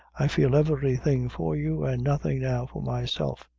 i feel everything for you, an' nothing now for myself.